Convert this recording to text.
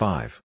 Five